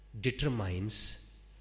determines